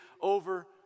over